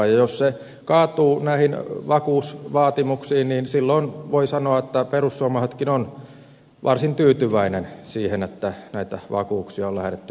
ja jos se kaatuu näihin vakuusvaatimuksiin niin silloin voi sanoa että perussuomalaisetkin ovat varsin tyytyväisiä siihen että näitä vakuuksia on lähdetty vaatimaan